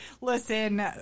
listen